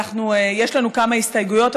יש לנו כמה הסתייגויות.